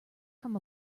from